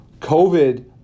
COVID